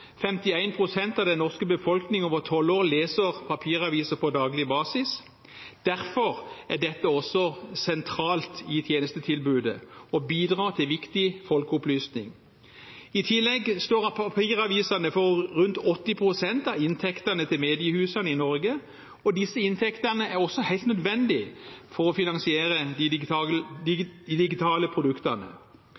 51 pst. av den norske befolkning over 12 år leser papiraviser på daglig basis. Derfor er dette også sentralt i tjenestetilbudet og bidrar til viktig folkeopplysning. I tillegg står papiravisene for rundt 80 pst. av inntektene til mediehusene i Norge, og disse inntektene er også helt nødvendige for å finansiere de